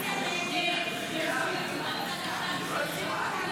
להעביר לוועדה את הצעת חוק הצעת חוק העונשין (תיקון,